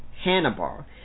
Hannibal